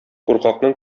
куркакның